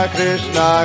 Krishna